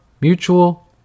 mutual